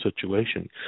situation